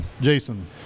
Jason